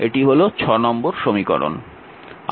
এটি হল নম্বর সমীকরণ